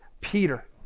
Peter